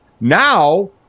Now